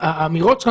האמירות שלך,